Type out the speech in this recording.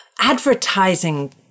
advertising